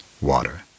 Water